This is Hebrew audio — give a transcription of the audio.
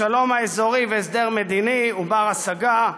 שלום אזורי והסדר מדיני הוא בר-השגה,